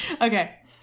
Okay